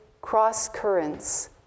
cross-currents